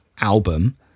album